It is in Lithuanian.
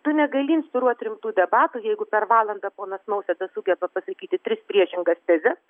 tu negali inspiruot rimtų debatų jeigu per valandą ponas nausėda sugeba pasakyti tris priešingas tezes